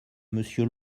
monsieur